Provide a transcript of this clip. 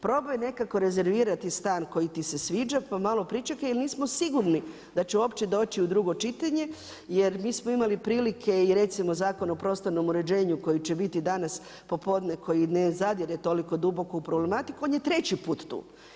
Probaj nekako rezervirati stan koji ti se sviđa pa malo pričekaj jel nismo sigurno da će uopće doći u drugo čitanje jer mi smo imali prilike i recimo Zakon o prostornom uređenju koji će biti danas popodne koji ne zadire toliko duboko u problematiku on je treći put tu.